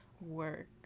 work